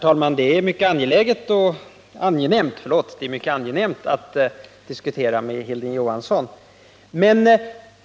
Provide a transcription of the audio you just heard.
Herr talman! Det är mycket angenämt att diskutera med Hilding Johansson.